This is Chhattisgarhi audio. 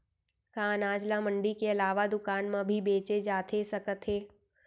का अनाज ल मंडी के अलावा दुकान म भी बेचे जाथे सकत हे?